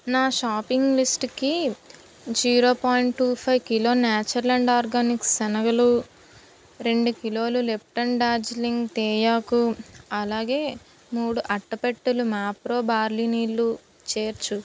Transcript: నా షాపింగ్ లిస్టుకి zero point two five kilo Nature Land Organics శనగలు రెండు కిలోలు లిప్టన్ డార్జీలింగ్ తేయాకు అలాగే మూడు అట్టపెట్టెలు మ్యాప్రో బార్లీ నీళ్ళు చేర్చుము